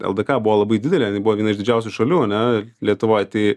ldk buvo labai didelė jinai buvo viena iš didžiausių šalių ane lietuvoj tai